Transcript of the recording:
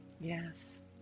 Yes